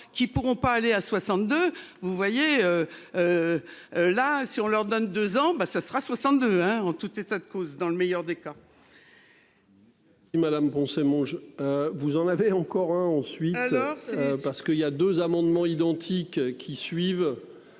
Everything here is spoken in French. qui pourront pas aller à 62, vous voyez. Là si on leur donne deux ans ben ce sera 62 hein. En tout état de cause, dans le meilleur des cas. Et Madame Poncet. Je vous en avez encore hein ensuite. Parce qu'il y a 2 amendements identiques qui suivent.